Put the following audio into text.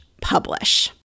publish